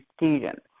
students